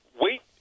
wait